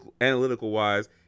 analytical-wise